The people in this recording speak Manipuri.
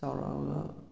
ꯆꯥꯎꯔꯛꯑꯒ